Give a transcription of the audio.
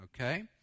okay